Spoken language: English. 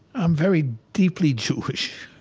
i'm very deeply jewish.